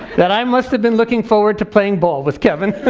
that i must have been looking forward to playing ball with kevin,